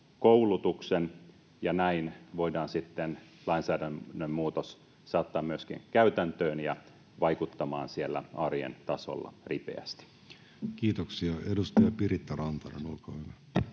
koulutuksen ja näin voidaan sitten lainsäädännön muutos saattaa myöskin käytäntöön ja vaikuttamaan siellä arjen tasolla ripeästi? Kiitoksia. — Edustaja Piritta Rantanen, olkaa hyvä.